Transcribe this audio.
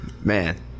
Man